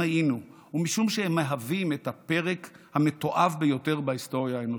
היינו ומשום שהם מהווים את הפרק המתועב ביותר בהיסטוריה האנושית,